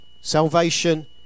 Salvation